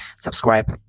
subscribe